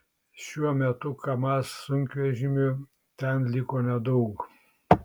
šiuo metu kamaz sunkvežimių ten liko nedaug